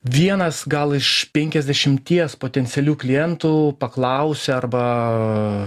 vienas gal iš penkiasdešimties potencialių klientų paklausė arba